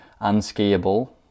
unskiable